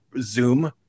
Zoom